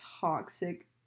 toxic